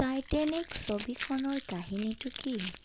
Titanic ছবিখনৰ কাহিনীটো কি